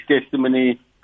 testimony